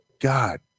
God